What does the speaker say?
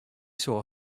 saw